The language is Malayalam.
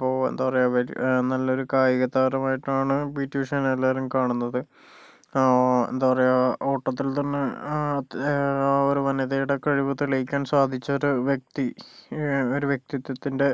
അപ്പോൾ എന്താ പറയുക നല്ല ഒരു കായികതാരം ആയിട്ടാണ് പി ടി ഉഷേനെ എല്ലാവരും കാണുന്നത് എന്താ പറയുക ഓട്ടത്തിൽ തന്നെ ഒരു വനിതയുടെ കഴിവ് തെളിയിക്കാൻ സാധിച്ച ഒരു വ്യക്തി ഒരു വ്യക്തിത്വത്തിൻ്റെ